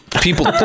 people